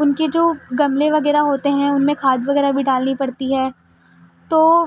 ان کے جو گملے وغیرہ ہوتے ہیں ان میں کھاد وغیرہ بھی ڈالنی پڑتی ہے تو